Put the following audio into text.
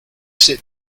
sit